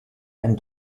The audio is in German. einen